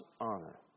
honor